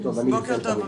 מדינה,